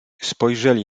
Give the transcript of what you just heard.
spojrzeli